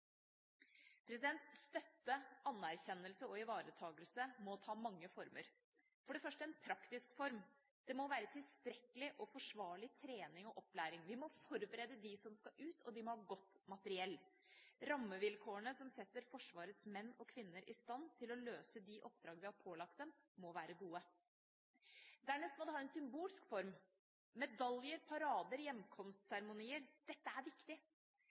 Støtte, anerkjennelse og ivaretakelse må ta mange former – for det første en praktisk form. Det må være tilstrekkelig og forsvarlig trening og opplæring. Vi må forberede dem som skal ut, og de må ha godt materiell. Rammevilkårene som setter Forsvarets menn og kvinner i stand til å løse de oppdrag vi har pålagt dem, må være gode. Dernest må det ha en symbolsk form. Medaljer, parader og hjemkomstseremonier er viktig.